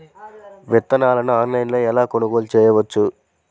విత్తనాలను ఆన్లైనులో ఎలా కొనుగోలు చేయవచ్చు?